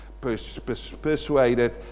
persuaded